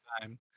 time